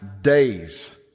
days